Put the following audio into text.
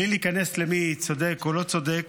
בלי להיכנס למי צודק או לא צודק,